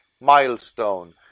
milestone